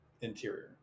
interior